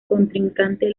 contrincante